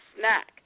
snack